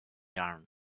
yarn